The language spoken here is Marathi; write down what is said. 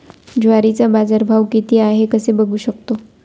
ज्वारीचा बाजारभाव किती आहे कसे बघू शकतो?